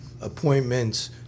appointments